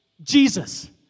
Jesus